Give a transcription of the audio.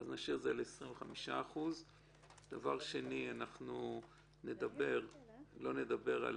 נשאיר את זה על 25%. דבר שני, לא נדבר על